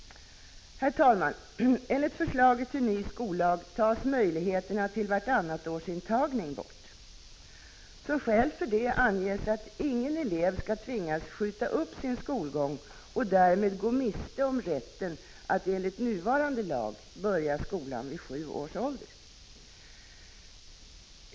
Herr talman! Enligt förslaget till ny skollag tas möjligheterna till vartannatårsintagning bort. Som skäl för det anförs att ingen elev skall tvingas skjuta upp sin skolgång och därmed gå miste om rätten att enligt nuvarande lag börja skolan vid sju års ålder.